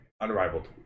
unrivaled